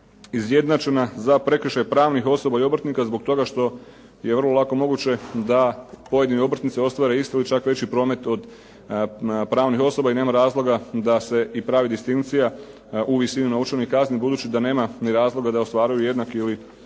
izjednačena za prekršaj pravnih osoba i obrtnika zbog toga što je vrlo lako moguće da pojedini obrtnici ostvare isti ili čak veći promet od pravnih osoba i nema razloga da se i pravi distinkcija u visini novčanih kazni budući da nema ni razloga da ostvaruju jednak ili